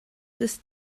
ist